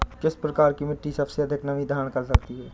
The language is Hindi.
किस प्रकार की मिट्टी सबसे अधिक नमी धारण कर सकती है?